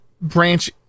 branch